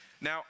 Now